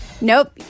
Nope